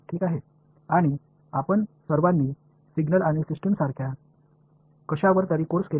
நீங்கள் அனைவரும் கணினிகளில் சமிக்ஞைகள் போன்றவற்றில் நிச்சயமாக படித்து இருப்பீர்கள்